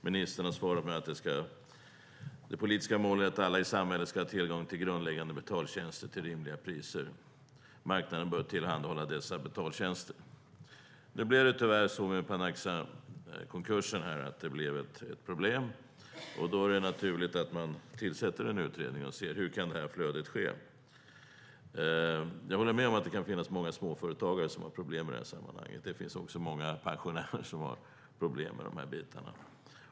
Ministerns svar är att det politiska målet är att alla i samhället ska ha tillgång till grundläggande betaltjänster till rimliga priser och att marknaden bör tillhandahålla dessa betaltjänster. Tyvärr blev det ett problem i samband med Panaxiakonkursen. Då är det naturligt att man tillsätter en utredning och ser hur det här flödet kan ske. Jag håller med om att det kan finnas många småföretagare som har problem i det här sammanhanget. Det finns också många pensionärer som har problem.